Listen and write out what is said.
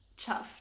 Chuffed